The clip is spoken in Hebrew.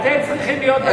אתם צריכים להיות בשלטון.